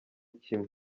kimwe